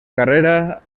carrera